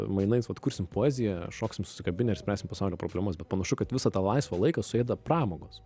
mainais vat kursim poeziją šoksim susikabinę ir spręsim pasaulio problemas bet panašu kad visą tą laisvą laiką suėda pramogos